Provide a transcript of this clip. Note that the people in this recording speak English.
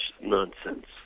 nonsense